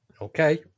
Okay